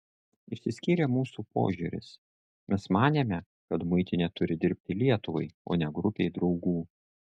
išsiskyrė mūsų požiūris mes manėme kad muitinė turi dirbti lietuvai o ne grupei draugų